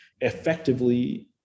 effectively